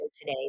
today